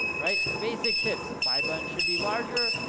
right? basic tips buy button should be larger,